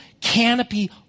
canopy